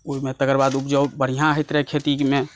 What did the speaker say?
ओहिमे तकर बाद उपजाउ बढ़िऑं होइत रहै खेतीमे